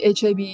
HIV